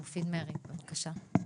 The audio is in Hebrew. מופיד מרעי, בבקשה.